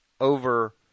over